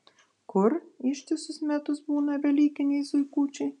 kur ištisus metus būna velykiniai zuikučiai